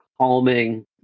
calming